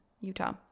Utah